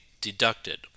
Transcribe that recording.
deducted